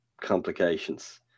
complications